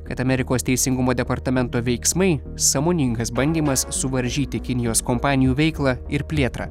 kad amerikos teisingumo departamento veiksmai sąmoningas bandymas suvaržyti kinijos kompanijų veiklą ir plėtrą